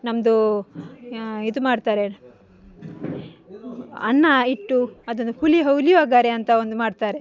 ನಮ್ಮದು ಇದು ಮಾಡ್ತಾರೆ ಅನ್ನ ಇಟ್ಟು ಅದನ್ನು ಪುಲಿ ಪುಲಿಯೋಗರೆ ಅಂತ ಒಂದು ಮಾಡ್ತಾರೆ